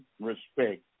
respect